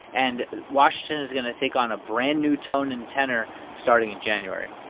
and washington is going to take on a brand-new tone and tenor starting in january